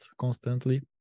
constantly